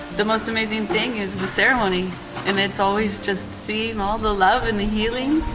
the most amazing thing is the ceremony and it's always just seeing all the love in the healing